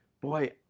boy